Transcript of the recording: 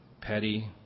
petty